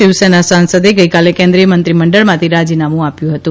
શિવસેના સાંસદે ગઇકાલે કેન્દ્રીય મંત્રીમંડળમાંથી રાજીનામું આપ્યું હતું